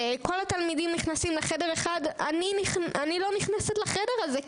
וכל התלמידים נכנסים לחדר אחד אני לא נכנסת לחדר הזה,